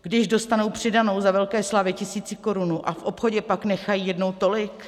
Když dostanou přidanou za velké slávy tisícikorunu a v obchodě pak nechají jednou tolik?